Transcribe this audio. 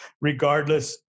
regardless